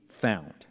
found